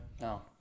No